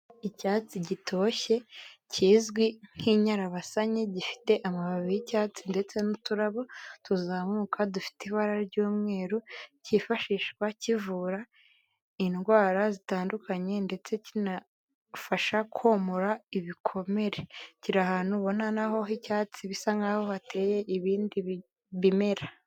Icyatsi gitoshye kizwi nk'inyarabasanyi gifite amababi y'icyatsi ndetse n'uturabo tuzamuka dufite ibara ry'umweru cyifashishwa kivura indwara zitandukanye ndetse kinafasha komora ibikomere, kiri ahantu ubona naho h'icyatsi bisa nk'aho hateye ibindi bimera.